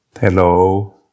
Hello